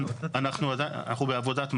אנחנו עדיין, אנחנו בעבודת מטה.